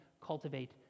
cultivate